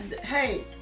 hey